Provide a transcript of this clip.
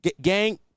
Gang